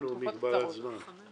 אנחנו קבענו מגבלת זמן.